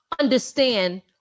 understand